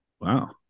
Wow